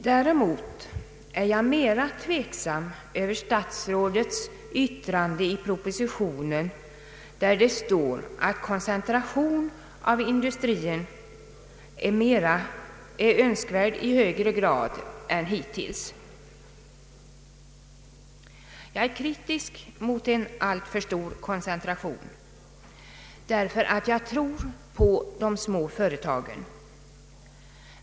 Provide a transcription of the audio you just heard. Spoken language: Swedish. Däremot är jag mera tveksam över statsrådets yttrande i propositionen att koncentration av industrin är önskvärd i högre grad än hittills, Jag är kritisk mot en alltför stor koncentration därför att jag tror på de små företagen.